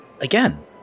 again